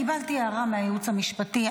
קיבלתי הערה מהייעוץ המשפטי.